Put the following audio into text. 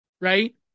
Right